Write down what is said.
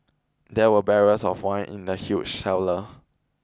there were barrels of wine in the huge cellar